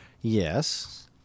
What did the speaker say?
yes